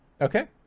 Okay